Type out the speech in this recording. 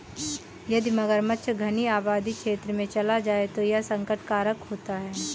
यदि मगरमच्छ घनी आबादी क्षेत्र में चला जाए तो यह संकट कारक होता है